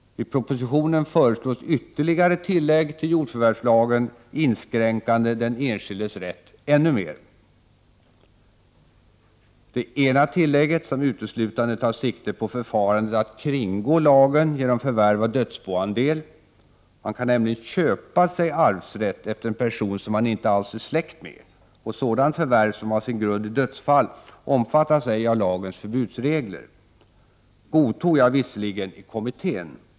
I propositionen föreslås ytterligare tillägg till jordförvärvslagen, inskränkande den enskildes rätt ännu mer. Det ena tillägget, som uteslutande tar sikte på förfarandet att kringgå lagen genom förvärv av dödsboandel — man kan nämligen köpa sig arvsrätt efter en person som man inte alls är släkt med, och sådant förvärv som har sin grund i dödsfall omfattas ej av lagens förbudsregler — godtog jag visserligen i kommittén.